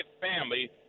family